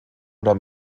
oder